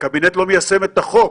הקבינט לא מיישם את החוק.